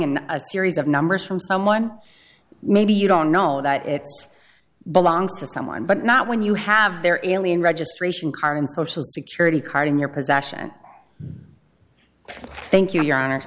in a series of numbers from someone maybe you don't know that it's belongs to someone but not when you have their ilian registration card and social security card in your possession thank you your honor